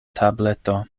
tableto